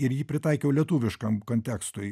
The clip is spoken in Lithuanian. ir jį pritaikiau lietuviškam kontekstui